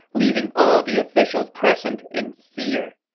leaving all the officials present in fear.